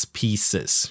pieces